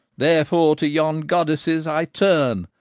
therefore to yon goddesses, i turn,